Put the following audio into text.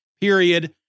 Period